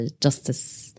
Justice